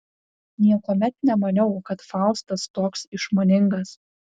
niekuomet nemaniau kad faustas toks išmaningas